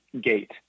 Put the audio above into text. gate